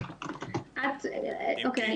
אוקיי.